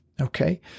Okay